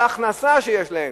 זה הכנסה שיש להם,